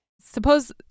Suppose